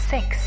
Six